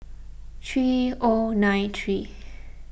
three O nine three